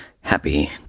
Happy